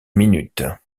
minute